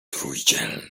trójdzielny